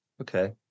Okay